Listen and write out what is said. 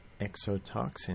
exotoxin